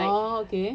orh okay